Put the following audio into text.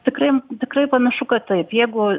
tikraim tikrai panašu kad taip jeigu